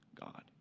God